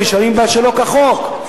ונשארים בה שלא כחוק.